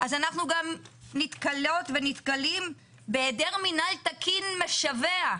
אנחנו גם נתקלות ונתקלים בהיעדר מנהל תקין משווע.